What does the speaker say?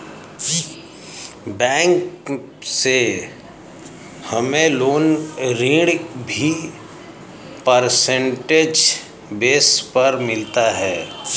bank से हमे loan ऋण भी परसेंटेज बेस पर मिलता है